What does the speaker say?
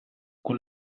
con